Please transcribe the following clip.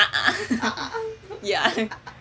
uh uh uh